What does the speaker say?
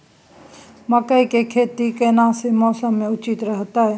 मकई के खेती केना सी मौसम मे उचित रहतय?